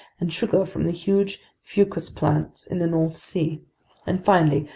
and sugar from the huge fucus plants in the north sea and finally,